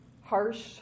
harsh